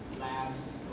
labs